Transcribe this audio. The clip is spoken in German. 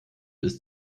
ist